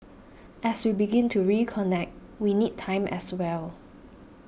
as we begin to reconnect we need time as well